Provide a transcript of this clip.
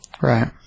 Right